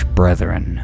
brethren